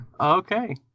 Okay